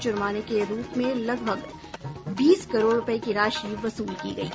जुर्माने के रूप में लगभग बीस करोड़ रुपये की राशि वसूल की गयी